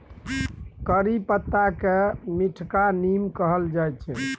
करी पत्ताकेँ मीठका नीम कहल जाइत छै